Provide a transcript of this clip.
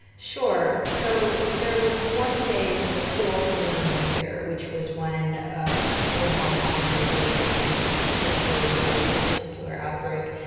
sure, so there was one day before lunar new year, which was when ah people in hong kong were really starting to get worried about this particular outbreak.